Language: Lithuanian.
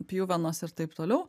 pjuvenos ir taip toliau